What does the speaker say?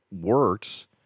works